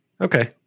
Okay